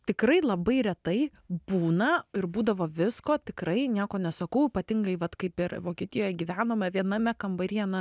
tikrai labai retai būna ir būdavo visko tikrai nieko nesakau ypatingai vat kaip ir vokietijoj gyvenome viename kambaryje na